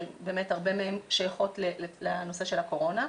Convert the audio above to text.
כשבאמת הרבה מהן שייכות לנושא של הקורונה.